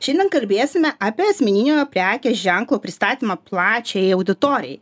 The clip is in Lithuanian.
šiandien kalbėsime apie asmeninio prekės ženklo pristatymą plačiajai auditorijai